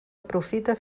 aprofita